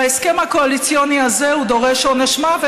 בהסכם הקואליציוני הזה הוא דורש עונש מוות,